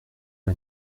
pas